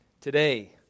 today